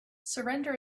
surrender